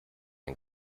ein